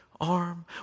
arm